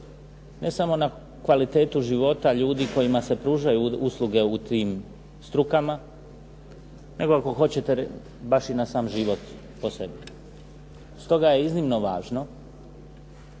ne samo na kvalitetu života ljudi kojima se pružaju usluge u tim strukama, nego ako hoćete baš i na sam život …/Govornik se ne razumije./… Stoga je iznimno važno